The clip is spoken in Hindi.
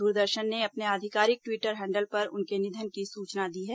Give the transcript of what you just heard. दूरदर्शन ने अपने आधिकारिक ट्वीटर हैंडल पर उनके निधन की सूचना दी है